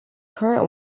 current